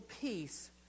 peace